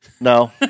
No